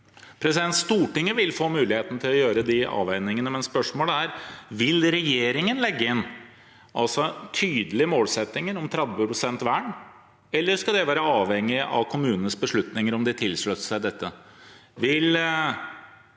Stortinget vil få mu- ligheten til å gjøre de avveiningene, men spørsmålet er: Vil regjeringen legge inn den tydelige målsettingen om 30 pst. vern, eller skal det være avhengig av kommunenes beslutninger om de tilslutter seg dette?